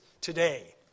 today